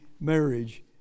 marriage